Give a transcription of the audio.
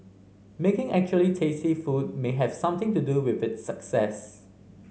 making actually tasty food may have something to do with its success